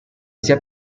sia